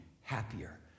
happier